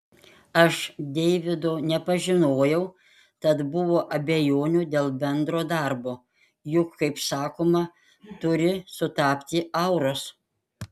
aš deivido nepažinojau tad buvo abejonių dėl bendro darbo juk kaip sakoma turi sutapti auros